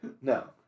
No